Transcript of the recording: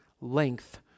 length